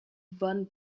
von